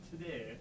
today